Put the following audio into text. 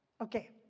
okay